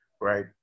right